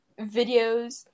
videos